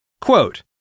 Quote